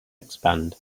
expand